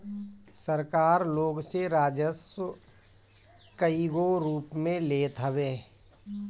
सरकार लोग से राजस्व कईगो रूप में लेत हवे